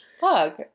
fuck